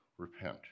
Repent